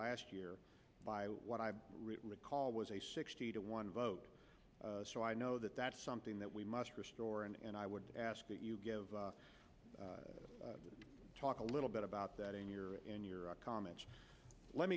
last year by what i recall was a sixty to one vote so i know that that's something that we must restore and i would ask that you give of talk a little bit about that in your in your comments let